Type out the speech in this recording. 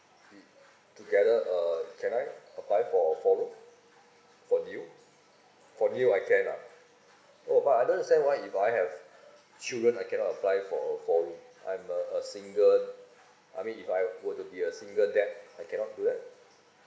be together uh can I apply for a four room for new for new I can lah oh but other sense right if I have children I cannot apply for a four room I'm uh a single I mean if I were to be a single dad I cannot do that